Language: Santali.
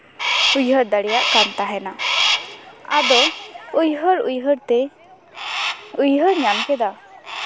ᱩᱭᱦᱟᱹᱨ ᱫᱟᱲᱮᱭᱟᱜ ᱠᱟᱱ ᱛᱟᱦᱮᱱᱟ ᱟᱫᱚ ᱩᱭᱦᱟᱹᱨ ᱩᱭᱦᱟᱹᱨ ᱛᱮ ᱩᱭᱦᱟᱹᱨ ᱧᱟᱢ ᱠᱮᱫᱟ